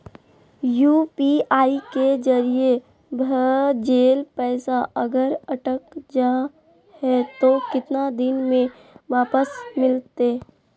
UPI के जरिए भजेल पैसा अगर अटक जा है तो कितना दिन में वापस मिलते?